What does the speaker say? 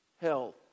health